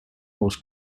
most